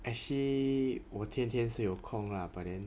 actually 我天天是有空 lah but then